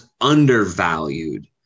undervalued